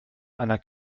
einer